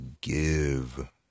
give